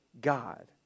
God